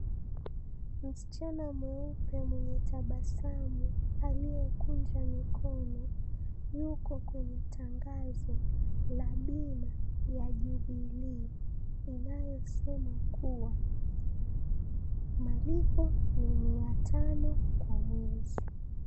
Msichana mweupe mwenye tabasamu aliyekunja mkono , yuko kwenye tangazo la bima ya jubili inayosema kuwa malipo ni mia tano kwa mwezi .